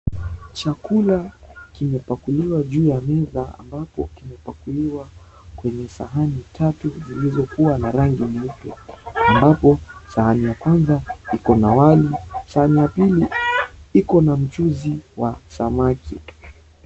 Chakula kimepakuliwa juu ya meza ambapo kimepakuliwa kwenye sahani tatu zilizokuwa na rangi nyeupe ambapo sahani ya kwanza iko na wali. Sahani ya pili iko na mchuzi wa samaki.